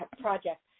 project